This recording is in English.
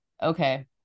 Okay